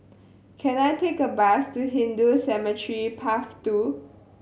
can I take a bus to Hindu Cemetery Path Two